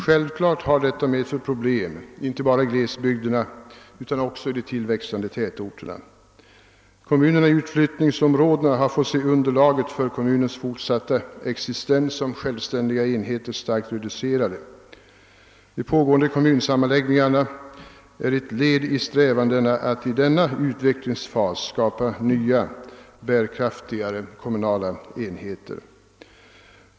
Självklart har detta medfört problem, inte bara i glesbygderna utan även i de tillväxande tätorterna. Kommunerna i utflyttningsområdena har fått se underlaget för sin fortsatta existens som självständiga enheter starkt reducerade. De pågående kommunsammanläggningarna är ett led i strävandena att i denna utvecklingsfas skapa nya och mera bärkraftiga kommunala enheter.